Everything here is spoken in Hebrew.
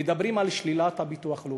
מדברים על שלילת הביטוח הלאומי.